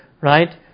right